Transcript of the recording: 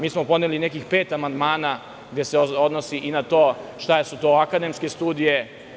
Mi smo podneli nekih pet amandmana koji se odnose i na to šta su to akademske studije.